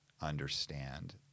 understand